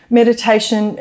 meditation